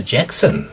Jackson